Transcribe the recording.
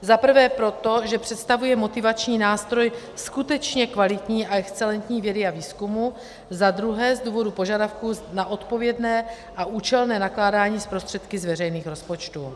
Za prvé proto, že představuje motivační nástroj skutečně kvalitní a excelentní vědy a výzkumu, za druhé z důvodu požadavků na odpovědné a účelné nakládání s prostředky z veřejných rozpočtů.